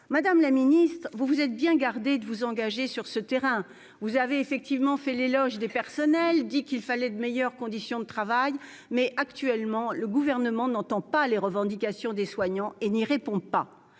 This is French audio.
Madame la ministre, vous vous êtes bien gardée de vous engager sur ce terrain. En effet, vous avez fait l'éloge des personnels, affirmé qu'il fallait améliorer les conditions de travail, mais, actuellement, le Gouvernement n'entend pas les revendications des soignants, et n'y répond pas.